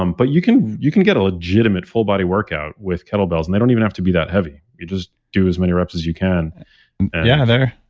um but you can you can get a legitimate full body workout with kettlebells, and they don't even have to be that heavy. you just do as many reps as you can yeah,